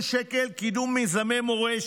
מיליון שקלים, קידום מיזמי מורשת.